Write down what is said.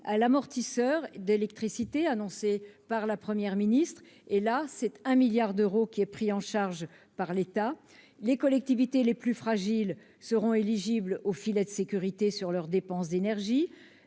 à l'amortisseur électricité annoncé par la Première ministre, et 1 milliard d'euros seront pris en charge par l'État à ce titre. Les collectivités les plus fragiles pourront bénéficier du filet de sécurité sur leurs dépenses d'énergie,